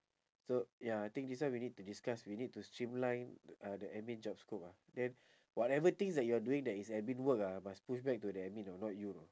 so ya I think this one we need to discuss we need to streamline uh the admin job scope ah then whatever things that you're doing that is admin work ah must push back to the admin know not you know